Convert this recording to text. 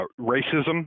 racism